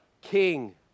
King